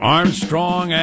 Armstrong